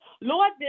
Lord